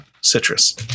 citrus